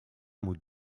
moet